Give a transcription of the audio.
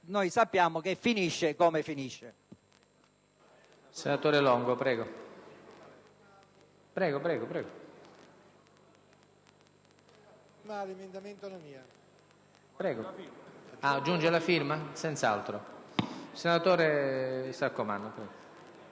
sappiamo che finisce come finisce).